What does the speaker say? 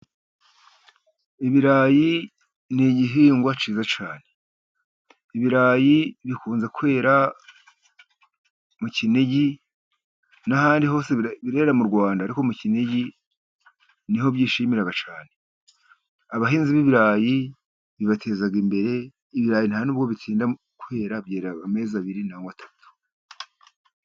ibirayi ni igihingwa cyiza cyane, ibirayi bikunze kwera mu kinigi, n'ahandi birere mu Rwanda ariko mu kinigi niho byishimira cyane, abahinzi b'ibirayi bibateza imbere, ibirayi nta n'ubwo bitinda kwera, byerera amezi abiri cyangwa atatu.